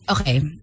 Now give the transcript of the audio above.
Okay